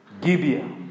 Gibeah